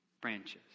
branches